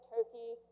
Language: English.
Turkey